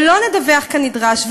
ולא נדווח כנדרש,